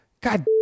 God